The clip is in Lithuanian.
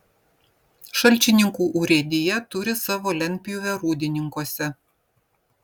šalčininkų urėdija turi savo lentpjūvę rūdininkuose